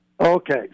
Okay